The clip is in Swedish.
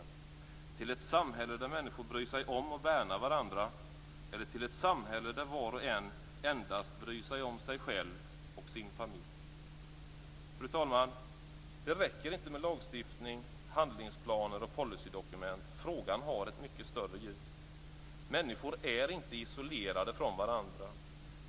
Blir det till ett samhälle där människor bryr sig om och värnar varandra eller till ett samhälle där var och en endast bryr sig om sig själv och sin familj? Fru talman! Det räcker inte med lagstiftning, handlingsplaner och policydokument. Frågan har ett mycket större djup. Människor är inte isolerade från varandra.